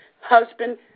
husband